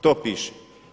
To piše.